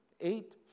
eight